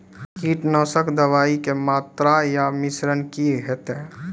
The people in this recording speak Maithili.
कीटनासक दवाई के मात्रा या मिश्रण की हेते?